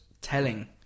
telling